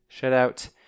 shutout